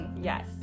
Yes